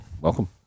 Welcome